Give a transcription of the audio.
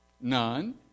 None